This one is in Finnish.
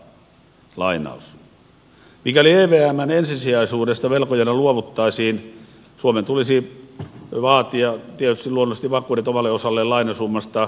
mikäli evmn ensisijaisuudesta velkojana luovuttaisiin suomen tulisi vaatia tietysti luonnollisesti vakuudet omalle osalleen lainasummasta